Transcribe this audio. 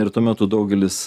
ir tuo metu daugelis